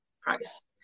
price